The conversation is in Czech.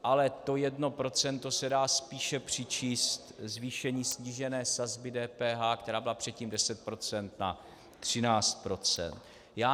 Ale to jedno procento se dá spíše přičíst zvýšení snížené sazby DPH, která byla předtím 10 %, na 13 %.